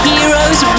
Heroes